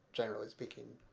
generally speaking,